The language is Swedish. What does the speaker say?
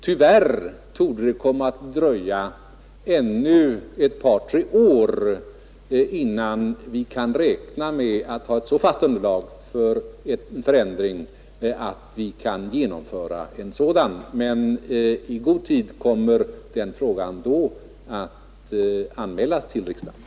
Tyvärr torde det komma att dröja ännu ett par tre år innan vi kan räkna med att ha ett tillräckligt fast underlag för att kunna genomföra en förändring. I god tid kommer den frågan emellertid då att anmälas till riksdagen.